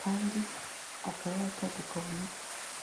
kandi akaba yakaguka mu mutwe.